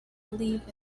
believe